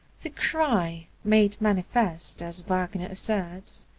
the cry made manifest, as wagner asserts,